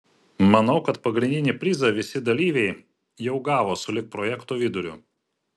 manau kad pagrindinį prizą visi dalyviai jau gavo sulig projekto viduriu